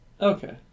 Okay